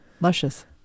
luscious